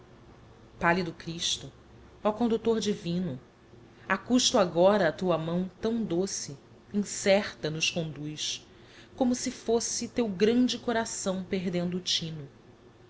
ii pallido christo oh conductor divino a custo agora a tua mão tão doce incerta nos conduz como se fosse teu grande coração perdendo o tino